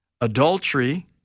adultery